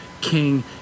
King